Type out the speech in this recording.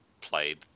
played